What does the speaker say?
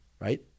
right